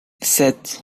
sept